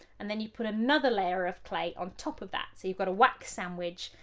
and then you put another layer of clay on top of that, so you've got a wax sandwich,